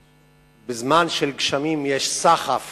בזמן של גשמים יש סחף